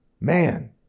Man